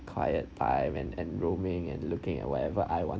quiet time and and roaming and looking at whatever I want